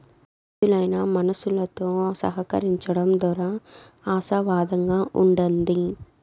సమర్థులైన మనుసులుతో సహకరించడం దోరా ఆశావాదంగా ఉండండి